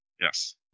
Yes